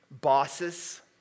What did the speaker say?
Bosses